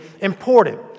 important